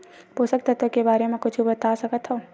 पोषक तत्व के बारे मा कुछु बता सकत हवय?